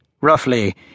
Roughly